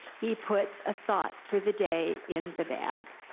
he puts a thought for the day in the bag.